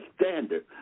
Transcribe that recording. standard